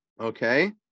okay